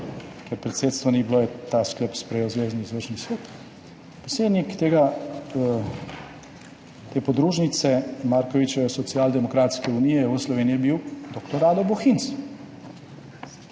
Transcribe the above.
ker predsedstva ni bilo, je ta sklep sprejel zvezni izvršni svet. Predsednik tega, te podružnice Markovićeve Socialdemokratske unije v Sloveniji, je bil dr. Rado Bohinc,